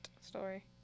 story